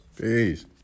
Peace